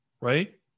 right